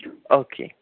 okay